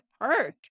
hurt